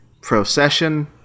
Procession